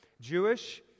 Jewish